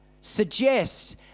suggest